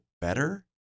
better